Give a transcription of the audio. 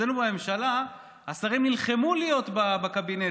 אצלנו בממשלה השרים נלחמו להיות בקבינט,